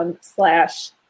slash